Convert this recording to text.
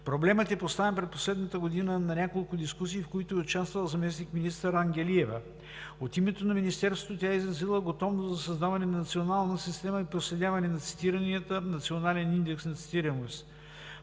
Проблемът е поставен през последната година на няколко дискусии, в които е участвал заместник-министър Ангелиева. От името на Министерството тя е изразила готовност за създаване на национална система за проследяване на цитиранията, национален индекс на цитираност.